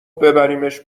ببریمش